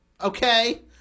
okay